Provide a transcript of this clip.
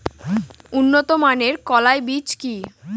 উন্নত মানের কলাই বীজ কি?